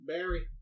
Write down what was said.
Barry